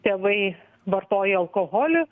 tėvai vartoja alkoholį